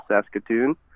Saskatoon